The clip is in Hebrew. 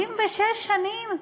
66 שנים?